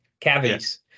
cavities